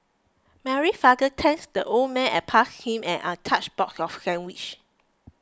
Mary father thanked the old man and passed him an untouched box of sandwich